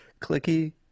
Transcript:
Clicky